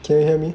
can you hear me